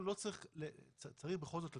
התקיימה בחברת הגבייה או בעובד חברת הגבייה עילה שהיה